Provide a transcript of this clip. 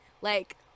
Like-